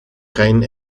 geen